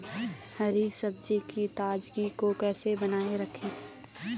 हरी सब्जियों की ताजगी को कैसे बनाये रखें?